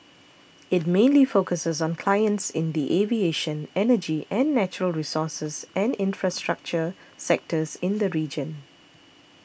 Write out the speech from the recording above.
it mainly focuses on clients in the aviation energy and natural resources and infrastructure sectors in the region